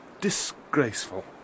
Disgraceful